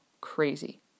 crazy